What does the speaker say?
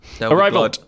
Arrival